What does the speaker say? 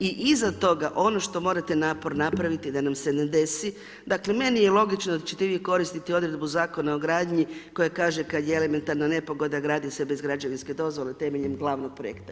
I iza toga, ono što morate napor napraviti, da nam se ne desi, dakle, meni je logično da ćete vi koristiti odredbu zakona o gradnji, koji kaže, kada je elementarna nepogoda, gradi se bez građevinske dozvole temeljem gl. projekta.